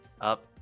up